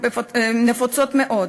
נפוצות מאוד.